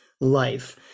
life